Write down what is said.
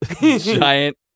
giant